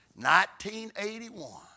1981